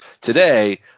today